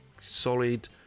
solid